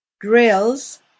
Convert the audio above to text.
drills